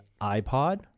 iPod